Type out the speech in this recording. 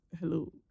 hello